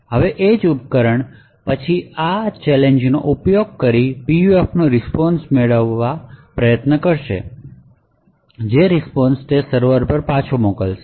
એજ ઉપકરણ પછી આ ચેલેંજનો ઉપયોગ તેના PUF નો રીસ્પોન્શ મેળવવામાં કરશે જે રીસ્પોન્શસર્વર પર પાછો મોકલવામાં આવે